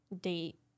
date